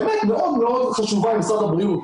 באמת מאוד מאוד חשובה עם משרד הבריאות,